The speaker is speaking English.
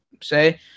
say